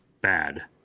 bad